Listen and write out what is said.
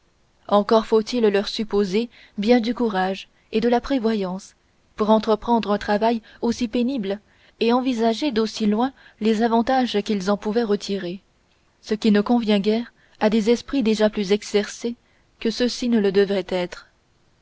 encore faut-il leur supposer bien du courage et de la prévoyance pour entreprendre un travail aussi pénible et envisager d'aussi loin les avantages qu'ils en pouvaient retirer ce qui ne convient guère à des esprits déjà plus exercés que ceux-ci ne le devaient être